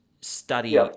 study